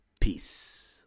Peace